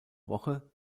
woche